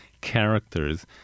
characters